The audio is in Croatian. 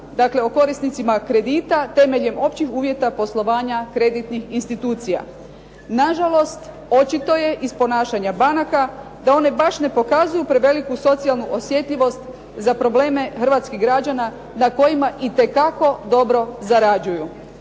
dakle o korisnicima kredita temeljem općih uvjeta poslovanja kreditnih institucija. Nažalost, očito je iz ponašanja banaka da one baš ne pokazuju preveliku socijalnu osjetljivost za probleme hrvatskih građana na kojima itekako dobro zarađuju.